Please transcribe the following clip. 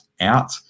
out